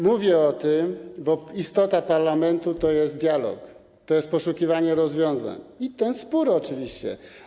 Mówię o tym, bo istota parlamentu to jest dialog, to jest poszukiwanie rozwiązań i ten spór oczywiście.